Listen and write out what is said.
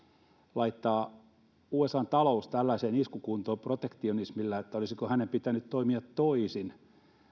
laittaa usan talous tällaiseen iskukuntoon protektionismilla olisiko hänen pitänyt toimia toisin